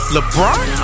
LeBron